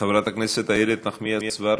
חברת הכנסת איילת נחמיאס ורבין,